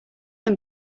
them